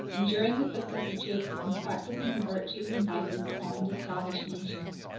enduring the vicissitudes and practising the virtues and vices common to savage nations.